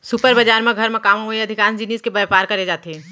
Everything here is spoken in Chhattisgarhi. सुपर बजार म घर म काम अवइया अधिकांस जिनिस के बयपार करे जाथे